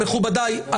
מכובדיי,